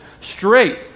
straight